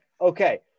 okay